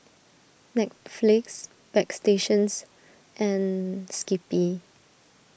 Netflix Bagstationz and Skippy